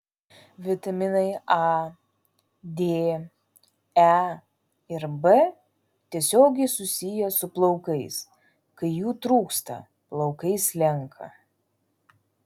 vitaminai a d e ir b tiesiogiai susiję su plaukais kai jų trūksta plaukai slenka